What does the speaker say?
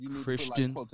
Christian